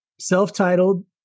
self-titled